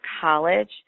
college